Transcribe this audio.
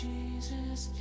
Jesus